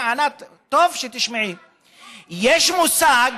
יש מושג